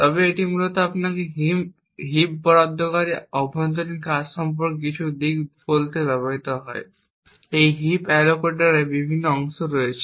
তবে এটি মূলত আপনাকে হিপ বরাদ্দকারীর অভ্যন্তরীণ কাজ সম্পর্কে কিছু দিক বলতে ব্যবহৃত হয় এই হিপ অ্যালোকেটারে বিভিন্ন অংশ রয়েছে